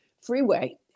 freeway